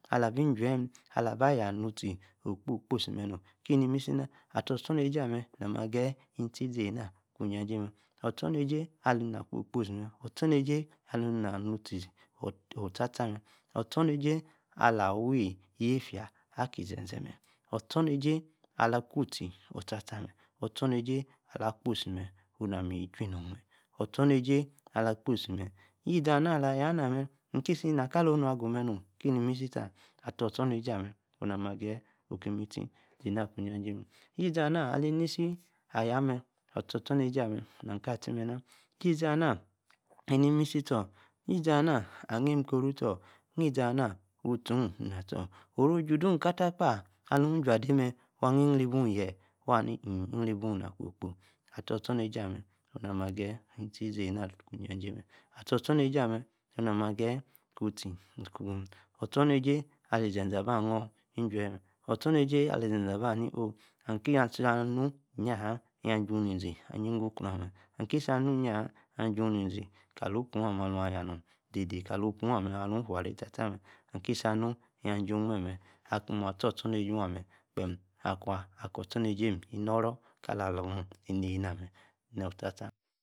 Ala-bi jeem, ala-ba, aya, nu-tie, oh, okposi-kposi noom, ki-nim-si nah, attor ostornejie, ammee nam, mme ageyi n-tie, zenna, kwaa ijajay mme, ostronejie ali-ma-kwa okposi okposi mme ostronejie, ali-nam, nitie, otatah mme, ostronejie, ala-wi, yietia abi, izeezei mme, ostronejie, alah, apuu-utie, otatah mme ostronejie ala-kposi, oh nam-mi, ichui non mme ostronejie ala-kposi, yieza-na, alah yanaa mee, n-kisi naa-kalonu agu, mme nom ki nimisi-tah, attor ostronejie ammee, oh nam ageyi, okim-mi tie, zanaa kwaa, ijajay mmee yie zamaa ali-misi, aya-mmee, attor-ostronejie ammee, nam ka- atie, mme nna, ki zanaa-inim isi stor, yie-zanaa animm koro stor, nni-zamaa utie-oh, tostor, oru, oju-de, ka taa kpa aluu-ijua-ade-mmee. waa. nne-irri-boo-yee, wah ni-mmi, irri-boo, ina kpo-kpo, attor ostronejie, ammee oh-nami, agoyi, nn-tie zana kwa ijajay, mmee, attor ostronejie ammee, ana-mma ageyi, kuu-utie, kuu mmee- ostronejie, ali-zezee, aba nnu ijuel mmee ostronejie, ali-zezee, aba-haa nini oh, ka nu, iya jaa-alimm aju-ni-zi, ayie-nn-soo-krow-oh ammee, nn-kisi anu-iyia-haa, ahima ju-ni-zi kalipukro-oh, aluu. ayaa, nno dede, ka-li, opuu-ah, ammeee alu, fua ray tar-tar mmee, nn-ki-sa-nu, eey-ah, aju memme, akim, attor ostronejie ameme, kpem akwaa, okor. ostronejie, innoro, kala, aloom, inne, nammee nno-utar-tar.